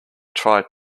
tried